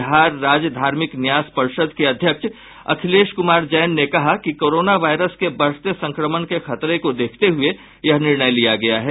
बिहार राज्य धार्मिक न्यास पर्षद के अध्यक्ष अखिलेश कुमार जैन ने कहा कि कोरोना वायरस के बढ़ते संक्रमण के खतरे को देखते हुये यह निर्णय लिया गया है